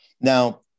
Now